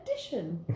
Addition